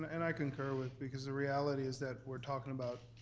and i concur with, because the reality is that we're talking about,